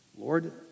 Lord